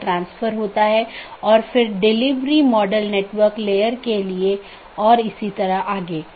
एक BGP के अंदर कई नेटवर्क हो सकते हैं